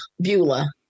Beulah